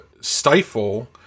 stifle